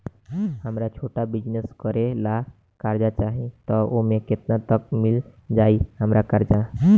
हमरा छोटा बिजनेस करे ला कर्जा चाहि त ओमे केतना तक मिल जायी हमरा कर्जा?